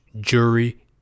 jury